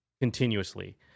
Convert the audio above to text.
continuously